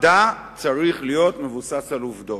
מדע צריך להיות מבוסס על עובדות.